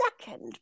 second